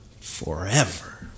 forever